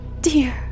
dear